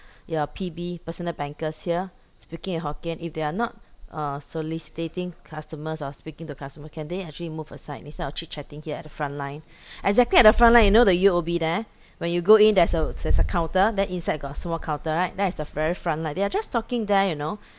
you're P_B personal bankers here speaking in hokkien if they are not uh soliciting customers or speaking to customer can they actually move aside instead of chit chatting here at the front line exactly at the front line you know the U_O_B there when you go in there's a there's a counter then inside got small counter right there is the very front line they are just talking there you know